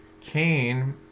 Cain